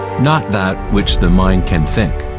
not that which the mind can think,